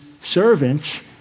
servants